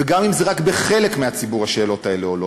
וגם אם רק בחלק מהציבור השאלות האלה עולות,